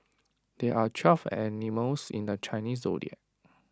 there are twelve animals in the Chinese Zodiac